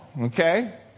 Okay